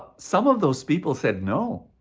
some of those people said, no.